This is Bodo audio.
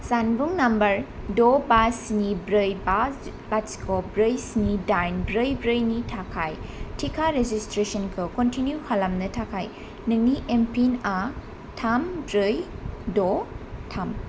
जानबुं नम्बर द' बा स्नि ब्रै बा लाथिख' ब्रै स्नि दाइन ब्रै ब्रैनि थाखाय टिका रेजिसट्रेसनखौ कनटिनिउ खालामनो थाखाय नोंनि एमपिनआ थाम ब्रै द' थाम